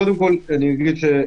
קודם כל, הליגות